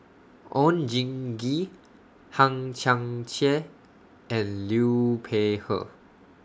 Oon Jin Gee Hang Chang Chieh and Liu Peihe